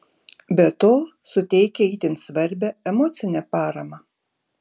be to suteikia itin svarbią emocinę paramą